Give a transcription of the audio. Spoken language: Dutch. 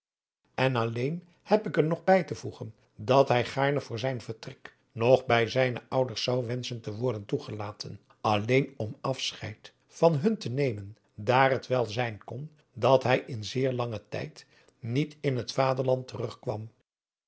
en alleen heb ik er nog bij te voegen dat hij gaarne voor adriaan loosjes pzn het leven van johannes wouter blommesteyn zijn vertrek nog bij zijne ouders zou wenschen te worden toegelaten alleen om asscheid van hun te nemen daar het wel zijn kon dat hij in zeer langen tijd niet in het vaderland